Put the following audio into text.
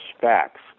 facts